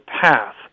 path